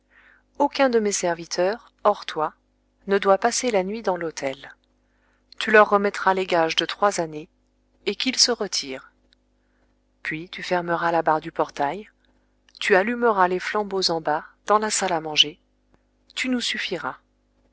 aucun de mes serviteurs hors toi ne doit passer la nuit dans l'hôtel tu leur remettras les gages de trois années et qu'ils se retirent puis tu fermeras la barre du portail tu allumeras les flambeaux en bas dans la salle à manger tu nous suffiras